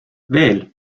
veel